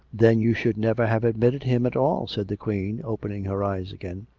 then you should never have admitted him at all, said the queen, opening her eyes again.